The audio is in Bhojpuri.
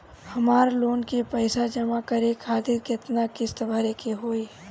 हमर लोन के पइसा जमा करे खातिर केतना किस्त भरे के होई?